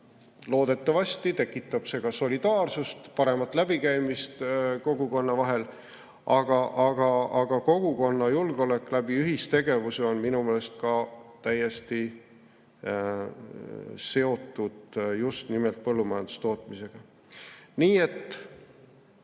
Loodetavasti tekitab see ka solidaarsust, paremat läbikäimist kogukonna[liikmete] vahel, aga kogukonna julgeolek ühistegevuse kaudu on minu meelest täiesti seotud just nimelt põllumajandustootmisega. Nii et